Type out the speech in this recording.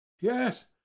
Yes